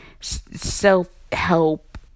self-help